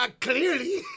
Clearly